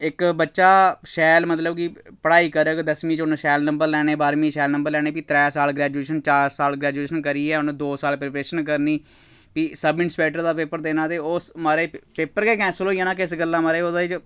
इक बच्चा शैल मतलब कि पढ़ाई करग दसमीं च उन्नै शैल नंबर लैने बाह्रमीं शैल नंबर लैने त्रै साल ग्रैजुएशन चार साल ग्रैजुएशन करियै उन्नै दो साल प्रिपरेशन करनी फ्ही सब इंस्पैक्टर दा पेपर देना ते ओह् महाराज पेपर गै कैंसल होई जाना किस गल्ला महाराज ओह्दे च